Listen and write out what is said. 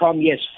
yes